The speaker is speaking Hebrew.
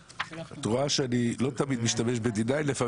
הצבעה בעד ההצעה להקדים את הדיון 4 ההצעה